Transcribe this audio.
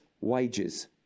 wages